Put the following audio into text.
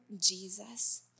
Jesus